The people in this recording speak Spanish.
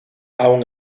aun